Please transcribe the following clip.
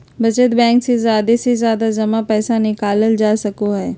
बचत बैंक से जादे से जादे जमा पैसा निकालल जा सको हय